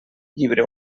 llibre